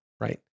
Right